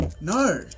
No